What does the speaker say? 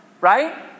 right